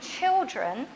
children